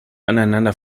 aneinander